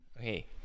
Okay